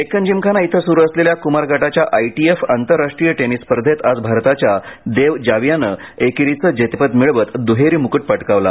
डेक्कन जिमखाना इथं सुरु असलेल्या कुमार गटाच्या आयटीएफ आंतरराष्ट्रीय टेनिस स्पर्धेत आाज भारताच्या देव जावियानं एकेरीचं जेतेपद मिळवत दुहेरी मुक्ट पटकावला